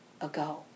ago